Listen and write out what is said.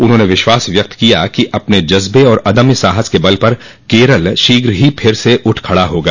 उन्होंने विश्वास व्यक्त किया कि अपने जज्बे और अदम्य साहस के बल पर केरल शीघ ही फिर से उठ खड़ा होगा